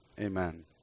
amen